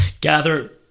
gather